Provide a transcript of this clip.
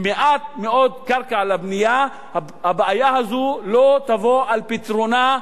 עם מעט מאוד קרקע לבנייה הבעיה הזאת לא תבוא על פתרונה,